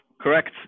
Correct